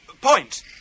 Point